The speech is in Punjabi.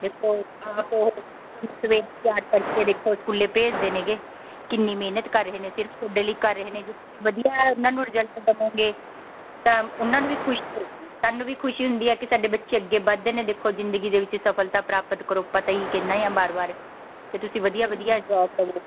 ਦੇਖੋ ਆਪ ਉਹ ਤੁਹਾਨੂੰ ਸਵੇਰੇ ਤਿਆਰ ਕਰਕੇ ਦੇਖੋ ਸਕੂਲੇ ਭੇਜਦੇ ਨੇਗੇ ਕਿੰਨੀ ਮਿਹਨਤ ਕਰ ਰਹੇ ਨੇ ਸਿਰਫ ਤੁਹਾਡੇ ਲਈ ਕਰ ਰਹੇ ਨੇ ਜੇ ਤੁਸੀਂ ਵਧੀਆ ਉਹਨਾਂ ਨੂੰ ਰਿਜਲਟ ਦੇਵੋਗੇ ਤਾਂ ਉਹਨਾਂ ਨੂੰ ਵੀ ਖੁਸ਼ੀ ਹੋਊਗੀ ਸਾਨੂੰ ਵੀ ਖੁਸ਼ੀ ਹੁੰਦੀ ਹੈ ਕਿ ਸਾਡੇ ਬੱਚੇ ਅੱਗੇ ਵੱਧਦੇ ਨੇ ਦੇਖੋ ਜ਼ਿੰਦਗੀ ਦੇ ਵਿੱਚ ਸਫਲਤਾ ਪ੍ਰਾਪਤ ਕਰੋ ਆਪਾਂ ਤਾਂ ਇਹੀ ਕਹਿੰਦੇ ਹਾਂ ਵਾਰ ਵਾਰ ਅਤੇ ਤੁਸੀਂ ਵਧੀਆ ਵਧੀਆ ਜੋਬ ਕਰੋ